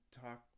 talk